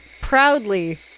proudly